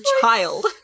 child